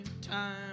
time